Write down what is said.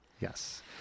Yes